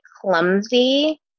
clumsy